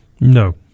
No